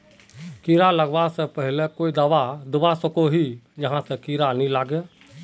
कीड़ा लगवा से पहले कोई दाबा दुबा सकोहो ही जहा से कीड़ा नी लागे?